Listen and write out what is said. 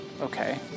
Okay